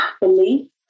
belief